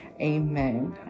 amen